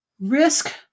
risk